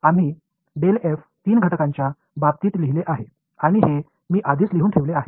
तर आम्ही तीन घटकांच्या बाबतीत लिहिले आहे आणि हे मी आधीच लिहून ठेवले आहे